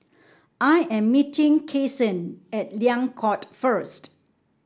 I am meeting Kyson at Liang Court first